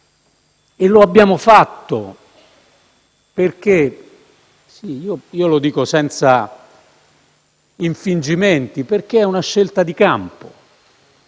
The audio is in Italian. e lo abbiamo fatto - lo dico senza infingimenti - perché è una scelta di campo.